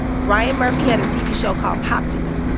ryan murphy had a tv show called popular.